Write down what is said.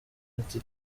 ati